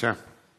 בבקשה.